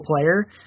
player